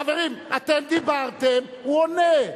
חברים, אתם דיברתם, הוא עונה.